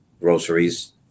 groceries